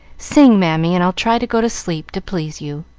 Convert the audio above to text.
sing, mammy, and i'll try to go to sleep to please you.